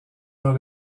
dans